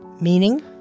Meaning